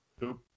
Nope